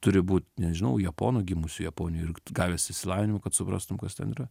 turi būt nežinau japonu gimusių japonijoj ir gavęs išsilavinimą kad suprastum kas ten yra